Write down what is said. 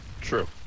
True